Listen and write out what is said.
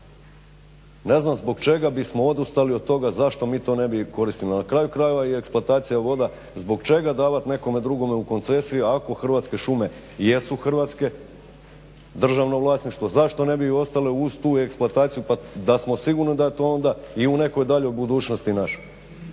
Ne znam zbog čega bismo odustali od toga zašto mi to ne bi koristili. Na kraju krajeve eksploatacija voda zbog čega davati nekome drugom u koncesiju ako Hrvatske šume jesu Hrvatske, državno vlasništvo, zašto ne bi ostale uz tu eksploataciju da smo sigurni da je to onda i u nekoj daljnjoj budućnosti naše.